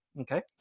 okay